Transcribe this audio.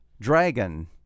Dragon